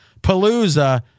Palooza